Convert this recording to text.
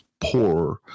poor